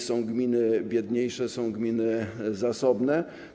Są gminy biedniejsze, są gminy zasobne.